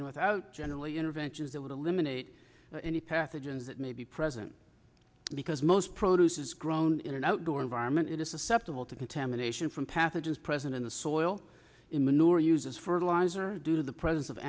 and without generally interventions that would eliminate any pathogens that may be present because most produce is grown in an outdoor environment it is susceptible to contamination from pathogens present in the soil in manure used as fertilizer due to the presence of